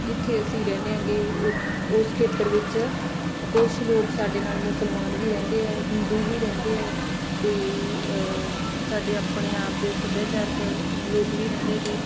ਜਿੱਥੇ ਅਸੀਂ ਰਹਿੰਦੇ ਹੈਗੇ ਉ ਉਸ ਖੇਤਰ ਵਿੱਚ ਕੁਛ ਲੋਕ ਸਾਡੇ ਨਾਲ ਮੁਸਲਮਾਨ ਵੀ ਰਹਿੰਦੇ ਆ ਹਿੰਦੂ ਵੀ ਰਹਿੰਦੇ ਆ ਅਤੇ ਸਾਡੇ ਆਪਣੇ ਆਪ ਦੇ ਸੱਭਿਆਚਾਰਕ ਲੋਕ ਵੀ ਰਹਿੰਦੇ ਗੇ